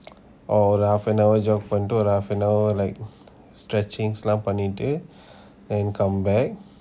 or half an hour jog பன்னிட்டு ஒரு:panitu oru half an hour like stretching பன்னிட்டு:panitu then come back